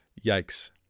Yikes